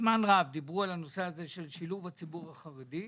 זמן רב דיברו על הנושא של שילוב הציבור החרדי,